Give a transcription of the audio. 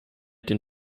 den